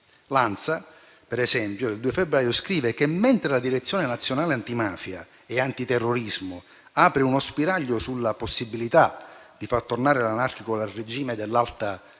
divisi. Per esempio, l'ANSA il 2 febbraio scrive, che mentre la Direzione nazionale antimafia e antiterrorismo apre uno spiraglio sulla possibilità di far tornare l'anarchico al regime dell'alta